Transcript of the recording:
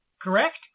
Correct